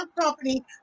company